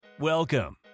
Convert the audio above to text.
Welcome